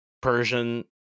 Persian